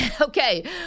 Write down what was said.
Okay